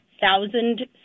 thousand